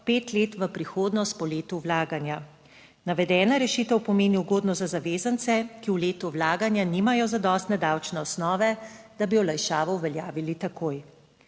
pet let v prihodnost po letu vlaganja. Navedena rešitev pomeni ugodno za zavezance, ki v letu vlaganja nimajo zadostne davčne osnove, da bi olajšavo uveljavili takoj.